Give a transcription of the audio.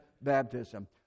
baptism